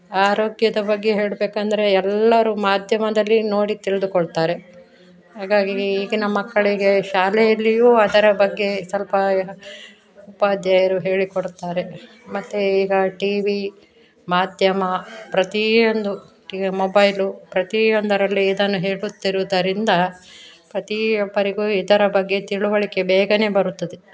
ಆರೋಗ್ಯದ ಬಗ್ಗೆ ಹೇಳಬೇಕಂದ್ರೆ ಎಲ್ಲರೂ ಮಾಧ್ಯಮದಲ್ಲಿ ನೋಡಿ ತಿಳಿದುಕೊಳ್ತಾರೆ ಹಾಗಾಗಿ ಈಗಿನ ಮಕ್ಕಳಿಗೆ ಶಾಲೆಯಲ್ಲಿಯೂ ಅದರ ಬಗ್ಗೆ ಸ್ವಲ್ಪ ಉಪಾಧ್ಯಾಯರು ಹೇಳಿ ಕೊಡ್ತಾರೆ ಮತ್ತೆ ಈಗ ಟಿವಿ ಮಾಧ್ಯಮ ಪ್ರತಿಯೊಂದು ಈಗ ಮೊಬೈಲು ಪ್ರತಿಯೊಂದರಲ್ಲೂ ಇದನ್ನು ಹೇಳುತ್ತಿರುವುದರಿಂದ ಪ್ರತೀಯೊಬ್ಬರಿಗೂ ಇದರ ಬಗ್ಗೆ ತಿಳುವಳಿಕೆ ಬೇಗನೆ ಬರುತ್ತದೆ